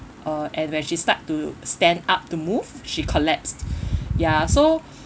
uh and when she start to stand up to move she collapsed ya so